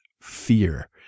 fear